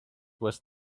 was